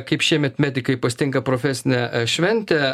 kaip šiemet medikai pasitinka profesinę šventę